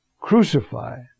Crucify